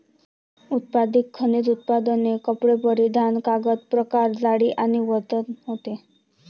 उत्पादित खनिज उत्पादने कपडे परिधान कागद प्रकार जाडी आणि वजन होते